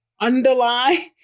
underlie